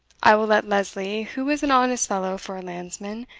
i will let lesley, who is an honest fellow for a landsman,